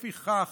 לפיכך,